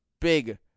big